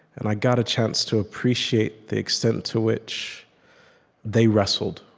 and i got a chance to appreciate the extent to which they wrestled.